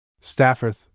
Stafford